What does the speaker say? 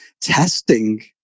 testing